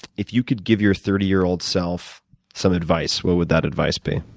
if you could give your thirty year old self some advice, what would that advice be?